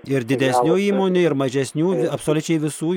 ir didesnių įmonių ir mažesnių absoliučiai visų